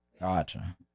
gotcha